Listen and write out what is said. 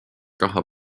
raha